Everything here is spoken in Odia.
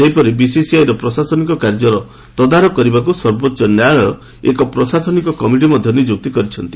ସେହିପରି ବିସିସିଆଇର ପ୍ରଶାସନିକ କାର୍ଯ୍ୟର ତଦାରଖ କରିବାକୁ ସର୍ବୋଚ୍ଚ ନ୍ୟାୟାଳୟ ଏକ ପ୍ରଶାସନିକ କମିଟି ମଧ୍ୟ ନିଯୁକ୍ତି କରିଛନ୍ତି